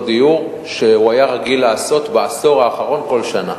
הדיור שהוא היה רגיל לעשות בעשור האחרון כל שנה.